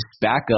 backup